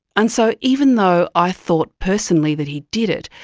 and so even though i thought personally that he did it,